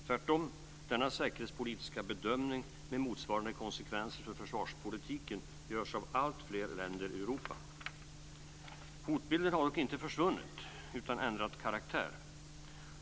Tvärtom görs denna säkerhetspolitiska bedömning, med motsvarande konsekvenser för försvarspolitiken, av alltfler länder i Europa. Hotbilden har dock inte försvunnit utan ändrat karaktär.